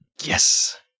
Yes